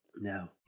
No